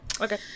okay